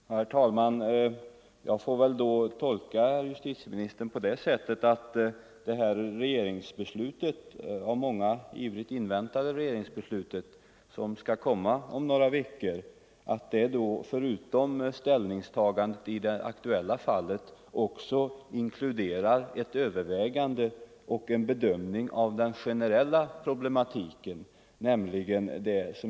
Herr talman! Jag tolkar justitieministern på det sättet att det av många ivrigt inväntade regeringsbeslutet, som skall komma om några veckor, förutom ställningstagandet i det aktuella fallet även inkluderar ett övervägande och en bedömning av den generella problematiken.